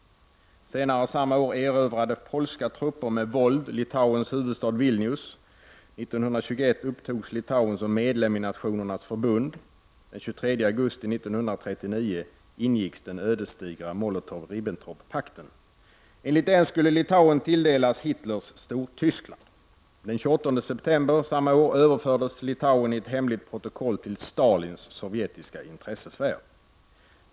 Senare samma år erövrade polska trupper med våld Litauens huvudstad Vilnius. 1921 upptogs Litauen som medlem i Nationernas förbund. Den 23 augusti 1939 ingicks den ödesdigra Molotov-Ribbentrop-pakten. Enligt denna skulle Litauen tilldelas Hitlers Stortyskland. Den 28 september samma år överfördes Litauen i ett hemligt protokoll till Stalins sovjetiska intressesfär.